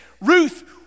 Ruth